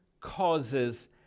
causes